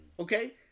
Okay